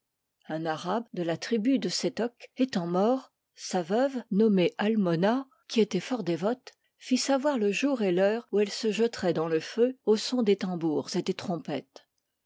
un arabe de la tribu de sétoc étant mort sa veuve nommée almona qui était fort dévote fit savoir le jour et l'heure où elle se jetterait dans le feu au son des tambours et des trompettes